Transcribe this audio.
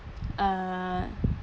uh